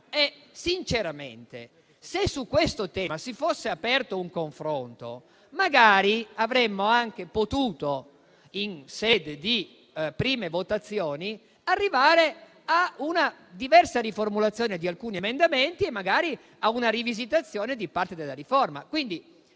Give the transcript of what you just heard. Sinceramente, se su questo tema si fosse aperto un confronto, magari avremmo anche potuto, in sede di prime votazioni, arrivare a una diversa formulazione di alcuni emendamenti e magari a una rivisitazione di parte della riforma.